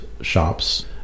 shops